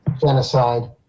genocide